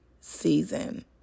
season